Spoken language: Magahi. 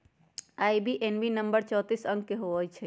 आई.बी.ए.एन नंबर चौतीस अंक के होइ छइ